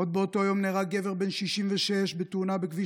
עוד באותו יום נהרג גבר בן 66 בתאונה בכביש